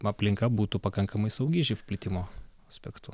aplinka būtų pakankamai saugi živ plitimo aspektu